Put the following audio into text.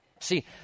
See